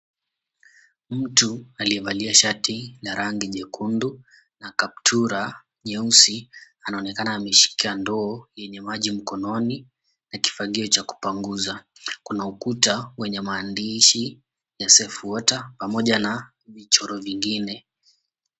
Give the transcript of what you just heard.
Mtu aliyevalia shati la rangi nyekundu na kaptura nyeusi anaonekana ameshika ndoo yenye maji mkononi na kifagio cha kupangusa. Kuna ukuta wenye maandishi ya "Safe Water" pamoja na michoro vingine.